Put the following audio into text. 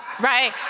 right